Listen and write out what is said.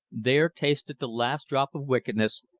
there tasted the last drop of wickedness,